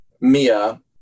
Mia